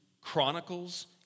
Chronicles